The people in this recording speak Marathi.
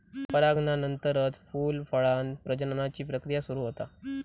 परागनानंतरच फूल, फळांत प्रजननाची प्रक्रिया सुरू होता